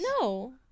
No